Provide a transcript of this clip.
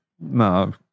No